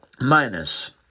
minus